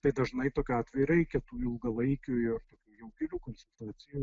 tai dažnai tokiu atveju reikia tų ilgalaikių jau gilių konstitucijų